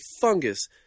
fungus